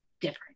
different